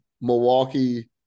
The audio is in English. Milwaukee